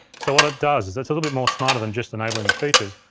so what it does is it's a little bit more smarter than just enabling the features.